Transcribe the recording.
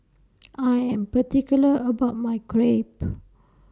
I Am particular about My Crepe